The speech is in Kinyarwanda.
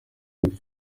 kuri